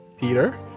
Peter